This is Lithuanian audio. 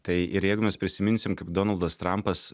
tai ir jeigu mes prisiminsim kaip donaldas trampas